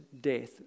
death